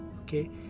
okay